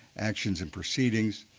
actions and proceedings.